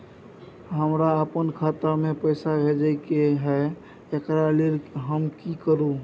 हमरा अपन खाता में पैसा भेजय के है, एकरा लेल हम की करू?